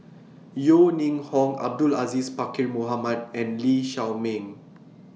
Yeo Ning Hong Abdul Aziz Pakkeer Mohamed and Lee Shao Meng